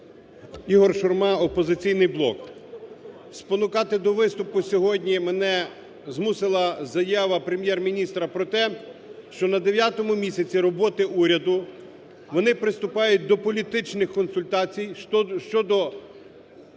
Ігор Шурма, "Опозиційний блок". Спонукати до виступу сьогодні мене змусила заява Прем'єр-міністра про те, що на дев'ятому місяці роботи уряду вони приступають до політичних консультацій щодо